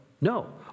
No